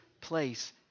place